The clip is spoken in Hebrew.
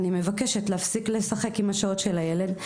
אני מבקשת להפסיק לשחק עם השעות של הילד,